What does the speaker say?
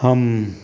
हम